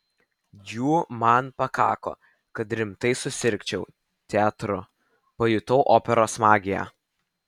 jų man pakako kad rimtai susirgčiau teatru pajutau operos magiją